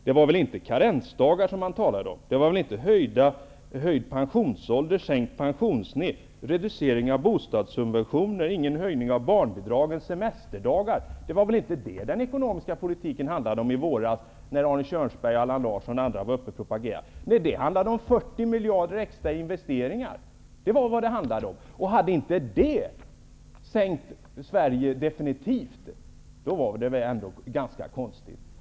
Det var väl inte karensdagar, höjd pensionsålder, sänkt pension, reducering av bostadssubventioner, ingen höjning av barnbidragen och färre semesterdagar som den ekonomiska politiken handlade om i våras, när Arne Kjörnsberg, Allan Larsson och andra var uppe och propagerade. Nej, då handlade det om 40 miljarder extra i investeringar. Om inte det hade sänkt Sverige definitivt hade det varit ganska konstigt.